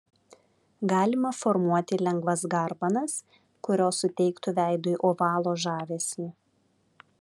galima formuoti lengvas garbanas kurios suteiktų veidui ovalo žavesį